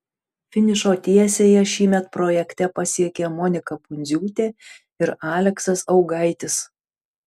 finišo tiesiąją šįmet projekte pasiekė monika pundziūtė ir aleksas augaitis